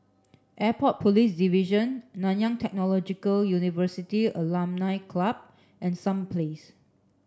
Airport Police Division Nanyang Technological University Alumni Club and Sum Place